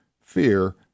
fear